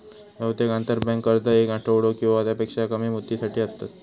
बहुतेक आंतरबँक कर्ज येक आठवडो किंवा त्यापेक्षा कमी मुदतीसाठी असतत